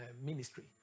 ministry